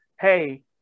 hey